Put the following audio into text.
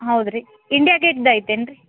ಹೌದು ರೀ ಇಂಡ್ಯಾ ಗೇಟ್ದು ಐತೇನು ರೀ